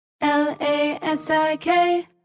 L-A-S-I-K